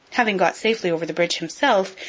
having got safely over the bridge himself,